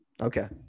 Okay